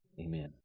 amen